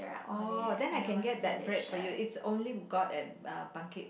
orh then I can get that bread for you it's only got at uh